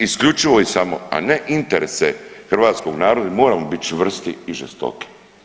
Isključivo i samo, a ne interese hrvatskog naroda i moramo biti čvrsti i žestoki.